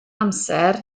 amser